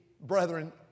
brethren